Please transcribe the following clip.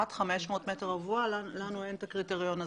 עד 500 מטרים רבועים, לנו אין את הקריטריון הזה.